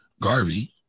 Garvey